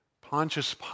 Pontius